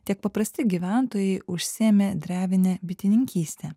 tiek paprasti gyventojai užsiėmė drevine bitininkyste